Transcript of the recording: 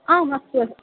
आम् अस्तु अस्तु